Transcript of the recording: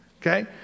Okay